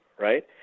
right